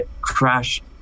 crash